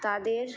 তাদের